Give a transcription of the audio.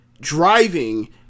driving